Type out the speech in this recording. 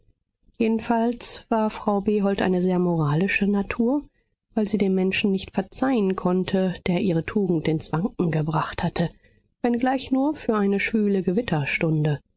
jedenfalls war frau behold eine sehr moralische natur weil sie dem menschen nicht verzeihen konnte der ihre tugend ins wanken gebracht hatte wenngleich nur für eine schwüle